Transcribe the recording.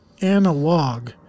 analog